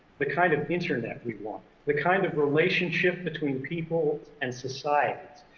the kind of internet we want, the kind of relationship between people and societies.